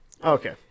Okay